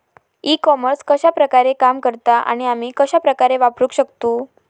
E commerce कश्या प्रकारे काम करता आणि आमी कश्या प्रकारे वापराक शकतू?